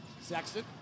Sexton